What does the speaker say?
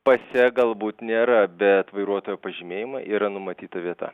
pase galbūt nėra bet vairuotojo pažymėjime yra numatyta vieta